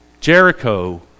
Jericho